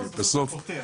בסוף זה פותר.